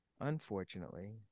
unfortunately